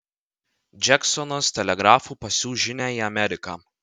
džeksonas telegrafu pasiųs žinią į ameriką